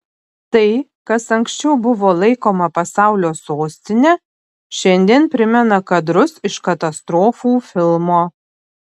tai kas anksčiau buvo laikoma pasaulio sostine šiandien primena kadrus iš katastrofų filmo